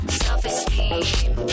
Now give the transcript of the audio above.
self-esteem